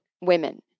women